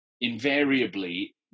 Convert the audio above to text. Invariably